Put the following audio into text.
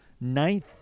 ninth